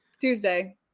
Tuesday